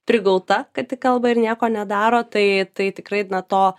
prigauta kad tik kalba ir nieko nedaro tai tai tikrai na to